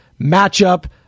matchup